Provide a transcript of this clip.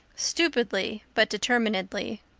stupidly but determinedly.